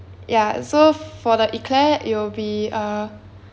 ya so for the eclaire it'll be err